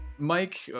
Mike